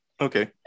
Okay